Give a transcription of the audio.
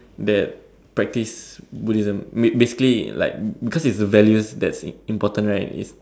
that practice Buddhism basically like because it's the values that is important right